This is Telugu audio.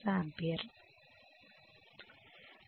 6A